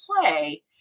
play